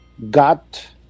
got